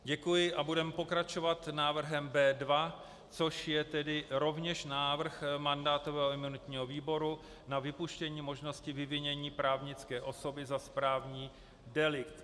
Děkuji a budeme pokračovat návrhem B2, což je rovněž návrh mandátového a imunitního výboru, na vypuštění možnosti vyvinění právnické osoby za správní delikt.